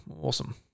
Awesome